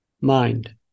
mind